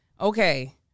Okay